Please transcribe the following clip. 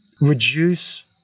reduce